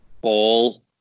ball